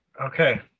okay